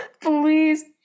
please